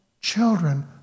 children